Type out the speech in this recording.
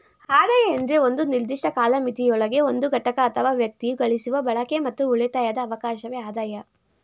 ಆದಾಯ ಎಂದ್ರೆ ಒಂದು ನಿರ್ದಿಷ್ಟ ಕಾಲಮಿತಿಯೊಳಗೆ ಒಂದು ಘಟಕ ಅಥವಾ ವ್ಯಕ್ತಿಯು ಗಳಿಸುವ ಬಳಕೆ ಮತ್ತು ಉಳಿತಾಯದ ಅವಕಾಶವೆ ಆದಾಯ